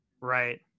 Right